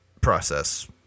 process